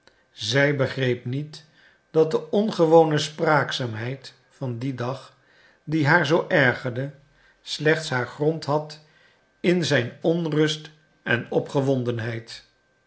zij begreep niet dat de ongewone spraakzaamheid van dien dag die haar zoo ergerde slechts haar grond had in zijn onrust en